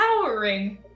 powering